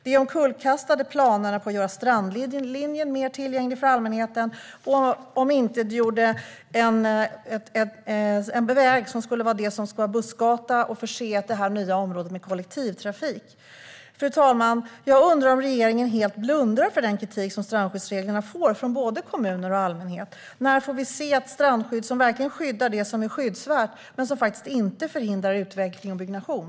Det kullkastade planerna på att göra strandlinjen mer tillgänglig för allmänheten och omintetgjorde en väg som skulle vara bussgata och förse det nya området med kollektivtrafik. Fru talman! Jag undrar om regeringen helt blundar för den kritik som strandskyddsreglerna får från både kommuner och allmänhet. När får vi se ett strandskydd som verkligen skyddar det som är skyddsvärt men inte förhindrar utveckling och byggnation?